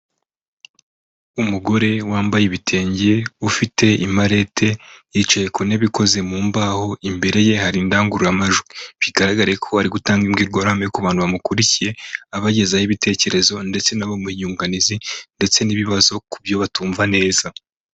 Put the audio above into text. Umugore wambaye ibitenge ufite imarete yicaye ku ntebe ikoze mu mbaho, imbere ye hari indangururamajwi, bigaragare ko ari gutanga imbwirwaruhame ku bantu bamukurikiye abagezaho ibitekerezo ndetse na bo bamuha inyunganizi ndetse n'ibibazo kubyo batumva neza.